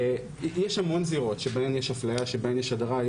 עכשיו, יש המון זירות שבהן יש אפליה והדרה.